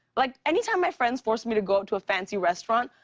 like, anytime my friends force me to go to a fancy restaurant,